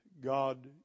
God